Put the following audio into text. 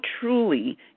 truly